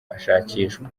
ashakishwa